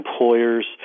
employers